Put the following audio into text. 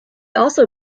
also